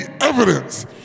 evidence